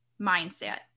mindset